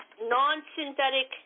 non-synthetic